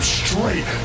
straight